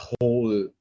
whole